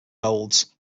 molds